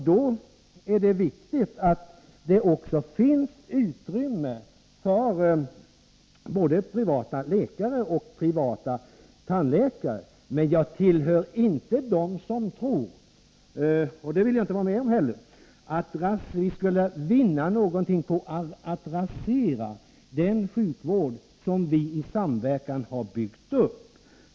Då är det viktigt att det också finns utrymme för både privata läkare och privata tandläkare. Men jag tillhör inte dem som tror att vi skulle vinna någonting på att rasera den sjukvård som vi i samverkan har byggt upp — och det vill jag inte heller vara med om.